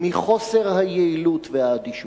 מחוסר היעילות והאדישות.